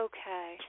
Okay